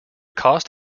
cost